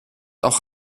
auch